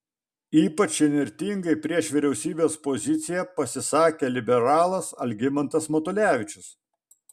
ypač įnirtingai prieš vyriausybės poziciją pasisakė liberalas algimantas matulevičius